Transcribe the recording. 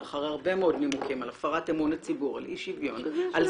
אחרי הרבה מאוד נימוקים על הפרת אמון הציבור על אי-שוויון על זה